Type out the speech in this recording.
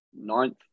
ninth